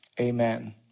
Amen